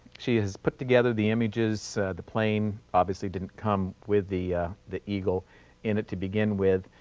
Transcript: she has put together the images the plane obviously didn't come with the the eagle in it to begin with.